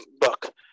book